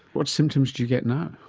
what symptoms do you get now?